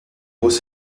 was